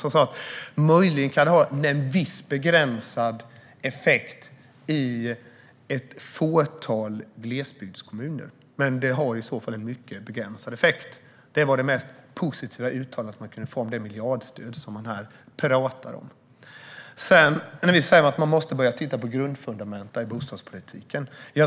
Där sa man att det möjligen kan ha en viss effekt i ett fåtal glesbygdskommuner men att det i så fall är en mycket begränsad effekt. Det var det mest positiva uttalandet man kunde få om det miljardstöd vi pratar om. Vi säger att man måste börja titta på grundfundamenten i bostadspolitiken.